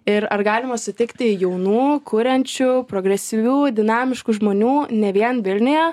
ir ar galima sutikti jaunų kuriančių progresyvių dinamiškų žmonių ne vien vilniuje